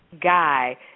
guy